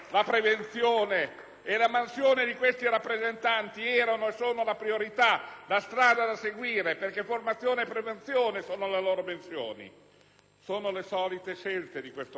e le mansioni di questi rappresentanti erano e sono la priorità e la strada da seguire; formazione e prevenzione sono infatti le loro mansioni. Sono le solite scelte di questo Governo.